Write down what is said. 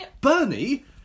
Bernie